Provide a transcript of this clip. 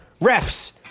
Refs